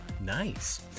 Nice